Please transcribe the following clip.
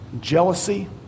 jealousy